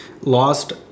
lost